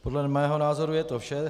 Podle mého názoru je to vše.